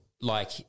like-